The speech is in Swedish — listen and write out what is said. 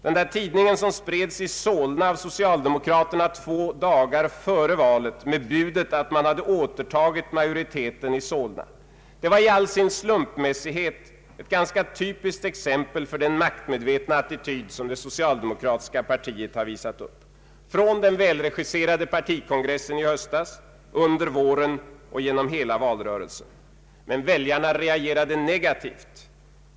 Den tidning som spreds i Solna av socialdemokraterna två dagar före valet med budet att man hade återtagit majoriteten i Solna var i all sin slumpmässighet ett ganska typiskt exempel på den maktmedvetna attityd som det socialdemokratiska partiet har visat upp, från den välregisserade partikongressen i höstas, under våren och genom hela valrörelsen. Men väljarna reagerade negativt.